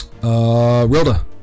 Rilda